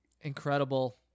Incredible